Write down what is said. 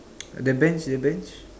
the bench the bench